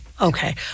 Okay